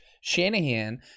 Shanahan